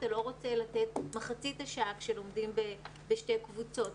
אתה לא רוצה לתת מחצית השעה כשלומדים בשתי קבוצות.